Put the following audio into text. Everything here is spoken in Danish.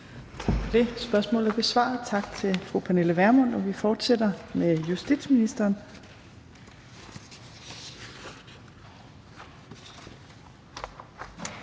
Tak for det. Spørgsmålet er besvaret. Tak til fru Pernille Vermund. Vi fortsætter med justitsministeren.